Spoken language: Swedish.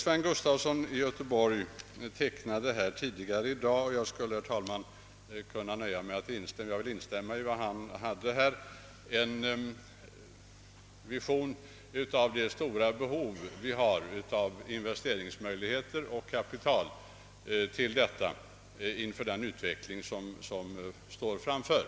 Herr Gustafson i Göteborg tecknade tidigare i dag en bild av det stora behov vi har av investeringskapital inför den utveckling som vi står inför.